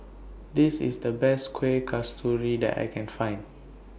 This IS The Best Kueh Kasturi that I Can Find